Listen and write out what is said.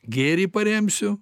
gėrį paremsiu